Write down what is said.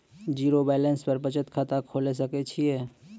Zero balance पर बचत खाता खोले सकय छियै?